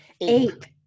eight